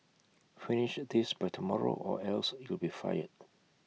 finish this by tomorrow or else you'll be fired